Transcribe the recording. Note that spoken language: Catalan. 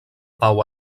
pau